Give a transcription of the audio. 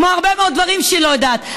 כמו הרבה מאוד דברים שהיא לא יודעת,